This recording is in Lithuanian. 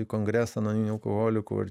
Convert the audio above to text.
į kongresą anoniminių alkoholikų ir